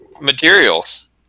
materials